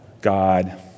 God